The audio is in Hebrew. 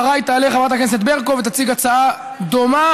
אחריי תעלה חברת הכנסת ברקו ותציג הצעה דומה,